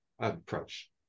approach